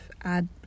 add